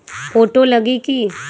Photo लगी कि?